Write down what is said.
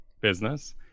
business